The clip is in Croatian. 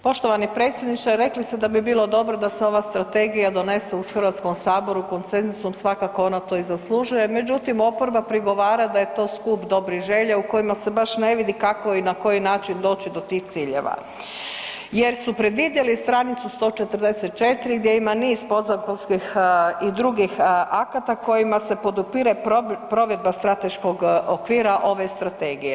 Poštovani predsjedniče, rekli ste da bi bilo dobro da se ova Strategija donese u HS-u konsenzusom, svakako ona to i zaslužuje, međutim, oporba prigovara da je to skup dobrih želja u kojima se baš ne vidi kako i na koji način doći do tih ciljeva jer su previdjeli stranicu 144 gdje ima niz podzakonskih i drugih akata kojima se podupire provedba strateškog okvira ove Strategije.